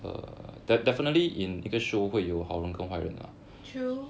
true